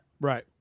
Right